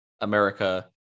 America